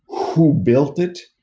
who built it?